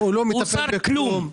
הוא שר כלום.